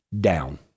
down